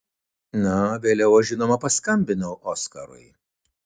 na vėliau aš žinoma paskambinau oskarui